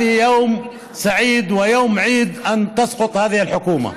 זהו יום שמח, יום חג על שהממשלה הזאת נופלת.)